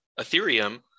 Ethereum